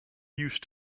use